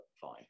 fine